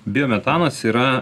biometanas yra